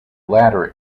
latter